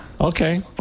Okay